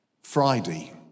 Friday